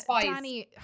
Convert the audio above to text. Danny